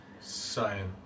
Science